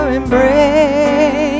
embrace